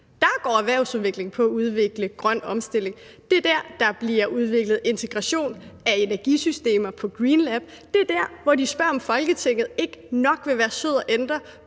går erhvervsudviklingen ud på at lave grøn omstilling. Det er der, hvor der bliver udviklet integration af energisystemer på GreenLab. Det er der, hvor de spørger, om Folketinget ikke nok vil være sød at ændre